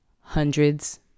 hundreds